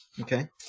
Okay